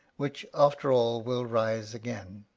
which, after all, will rise again.